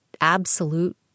absolute